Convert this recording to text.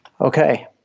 okay